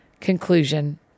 Conclusion